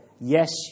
yes